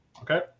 Okay